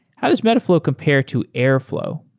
how does metaflow compare to airflow?